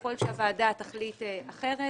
שככל שהוועדה תחליט אחרת